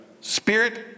spirit